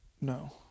No